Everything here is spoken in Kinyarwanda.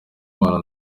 impano